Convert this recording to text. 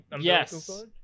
yes